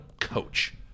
coach